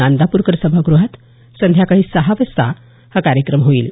नांदापूरकर सभागृहात संध्याकाळी सहा वाजता हा कार्यक्रम होणार आहे